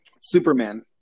Superman